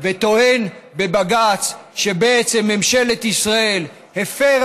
וטוען בבג"ץ שבעצם ממשלת ישראל הפרה